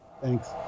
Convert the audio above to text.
Thanks